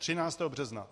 Třináctého března.